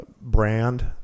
brand